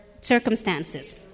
circumstances